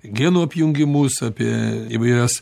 genų apjungiamus apie įvairias